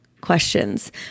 questions